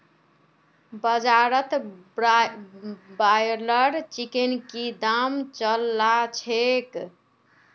बाजारत ब्रायलर चिकनेर की दाम च ल छेक